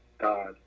God